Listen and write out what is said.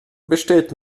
besteht